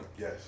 Yes